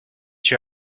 que